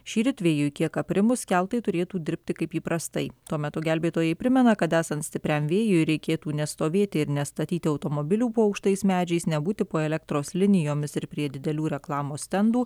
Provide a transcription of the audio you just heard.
šįryt vėjui kiek aprimus keltai turėtų dirbti kaip įprastai tuo metu gelbėtojai primena kad esant stipriam vėjui reikėtų nestovėti ir nestatyti automobilių po aukštais medžiais nebūti po elektros linijomis ir prie didelių reklamos stendų